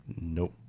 Nope